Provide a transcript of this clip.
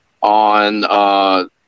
on –